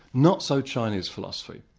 not so chinese philosophy.